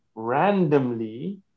randomly